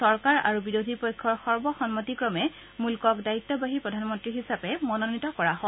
চৰকাৰ আৰু বিৰোধী পক্ষৰ সৰ্বসন্মতিক্ৰমে মুল্কক দায়িত্বাহী প্ৰধানমন্ত্ৰী হিচাপে মনোনীত কৰা হয়